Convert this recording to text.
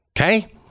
okay